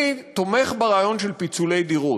אני תומך ברעיון של פיצול דירות,